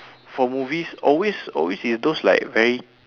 for movies always always is those like very